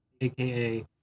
aka